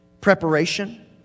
Preparation